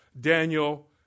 Daniel